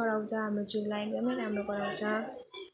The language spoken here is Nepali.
गराउँछ हाम्रो जिउलाई एकदम राम्रो गराउँछ